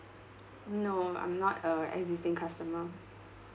no I'm not a existing customer